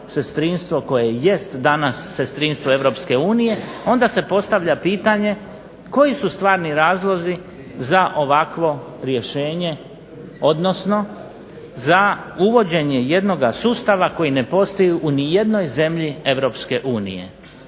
sestrinstvo koje jest danas sestrinstvo Europske unije onda se postavlja pitanje koji su stvarni razlozi za ovakvo rješenje odnosno za uvođenje jednoga sustava koji ne postoji ni u jednoj zemlji